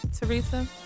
Teresa